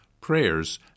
prayers